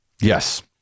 yes